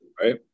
right